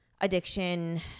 addiction